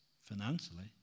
financially